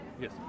yes